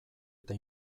eta